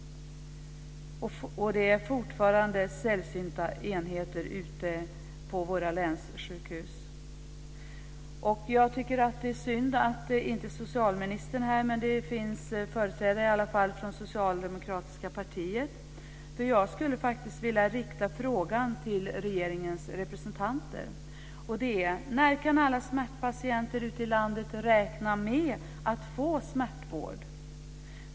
De är fortfarande sällsynta enheter ute på våra länssjukhus. Det är synd att socialministern inte är här, men det finns företrädare här från socialdemokratiska partiet. Jag skulle vilja rikta frågor till regeringens representanter. När kan alla smärtpatienter ute i landet räkna med att få smärtvård?